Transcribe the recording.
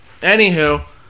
anywho